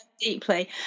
deeply